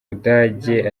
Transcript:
budage